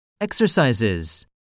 Exercises